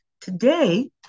today